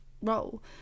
role